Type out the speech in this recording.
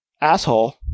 asshole